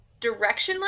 directionless